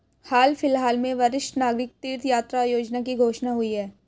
हाल फिलहाल में वरिष्ठ नागरिक तीर्थ यात्रा योजना की घोषणा हुई है